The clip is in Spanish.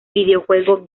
videojuego